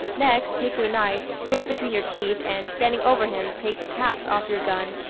next take your knife, put it between your teeth, and, standing over him, take the caps off your gun,